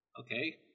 Okay